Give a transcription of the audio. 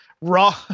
raw